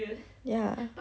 ya